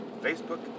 Facebook